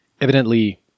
evidently